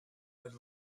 had